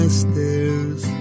stairs